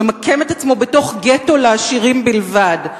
שממקם את עצמו בתוך גטו לעשירים בלבד?